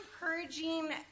encouraging